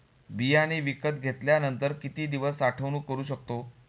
बियाणे विकत घेतल्यानंतर किती दिवस साठवणूक करू शकतो?